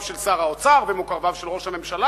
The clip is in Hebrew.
של שר האוצר ומקורביו של ראש הממשלה,